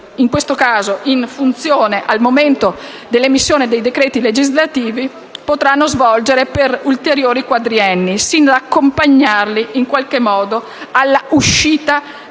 in questo caso in funzione al momento dell'emissione dei decreti legislativi; funzione che potranno svolgere per ulteriori quadrienni, fino ad accompagnarli, in qualche modo, all'uscita